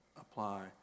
apply